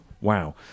wow